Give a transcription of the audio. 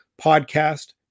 Podcast